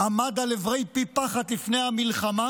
עמד על עברי פי פחת לפני המלחמה,